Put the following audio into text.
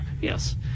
Yes